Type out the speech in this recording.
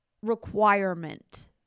requirement